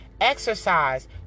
exercise